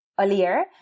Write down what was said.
earlier